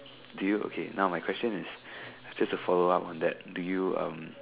do you okay now my question is just a follow up on that do you um